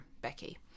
Becky